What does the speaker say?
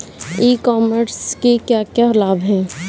ई commerce के क्या क्या लाभ हैं?